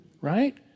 right